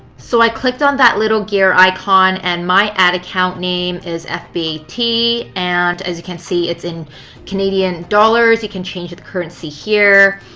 so i clicked on that little gear icon and my ad account is fba tee. and as you can see, it's in canadian dollars. you can change the currency here.